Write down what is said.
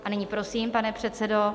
A nyní prosím, pane předsedo.